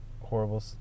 horrible